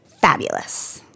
Fabulous